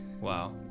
wow